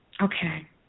Okay